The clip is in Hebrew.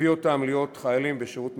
מביאה אותם להיות חיילים בשירות מילואים,